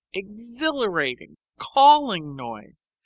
exhilarating, calling noise.